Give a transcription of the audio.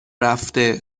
رفته